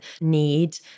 need